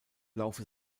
laufe